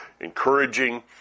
encouraging